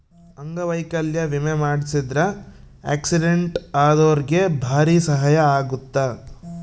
ಅಂಗವೈಕಲ್ಯ ವಿಮೆ ಮಾಡ್ಸಿದ್ರ ಆಕ್ಸಿಡೆಂಟ್ ಅದೊರ್ಗೆ ಬಾರಿ ಸಹಾಯ ಅಗುತ್ತ